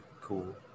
cool